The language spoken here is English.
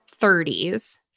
30s